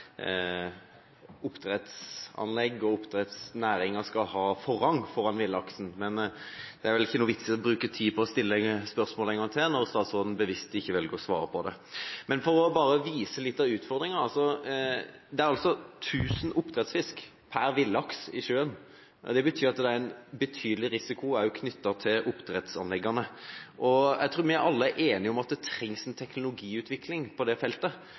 å stille spørsmålet en gang til når statsråden bevisst velger ikke å svare på det. Bare for å vise litt av utfordringen: Det er 1 000 oppdrettsfisk pr. villaks i sjøen. Det betyr at det er en betydelig risiko knyttet til oppdrettsanleggene. Jeg tror vi alle er enige om at det trengs en teknologiutvikling på dette feltet.